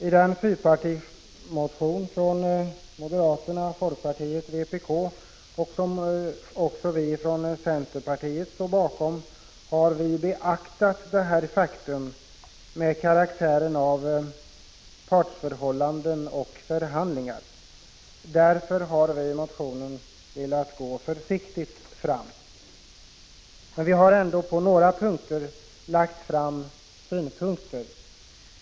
I den fyrpartimotion som moderaterna, folkpartiet, vpk och också centerpartiet står bakom, har vi beaktat karaktären av partsförhållanden och förhandlingar. Därför har vi i motionen velat gå försiktigt fram. Men vi har ändå i några avseenden anfört synpunkter.